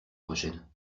prochaine